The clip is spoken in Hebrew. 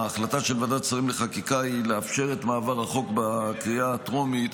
ההחלטה של ועדת השרים לחקיקה היא לאפשר את מעבר החוק בקריאה הטרומית